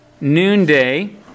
noonday